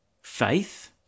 faith